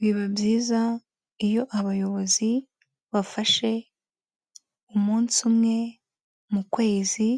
Biba byiza iyo abayobozi bafashe umunsi umwe mu kwezi